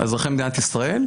אזרחי מדינת ישראל,